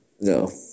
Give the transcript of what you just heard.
No